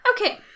Okay